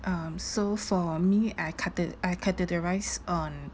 um so for me I cate~ I categorised on